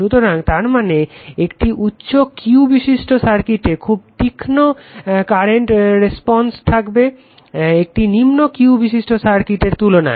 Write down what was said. সুতরাং তারমানে একটি উচ্চ Q বিশিষ্ট সার্কিটে খুব তীক্ষ্ণ কারেন্ট রেসপন্স থাকবে একটি নিম্ন Q বিশিষ্ট সার্কিটের তুলনায়